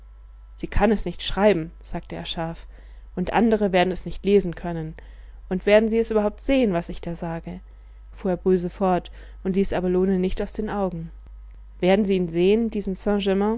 sie kann es nicht schreiben sagte er scharf und andere werden es nicht lesen können und werden sie es überhaupt sehen was ich da sage fuhr er böse fort und ließ abelone nicht aus den augen werden sie ihn sehen diesen